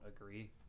agree